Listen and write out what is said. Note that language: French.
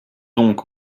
donc